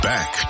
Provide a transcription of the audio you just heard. Back